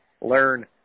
learn